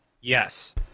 Yes